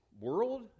world